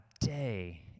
day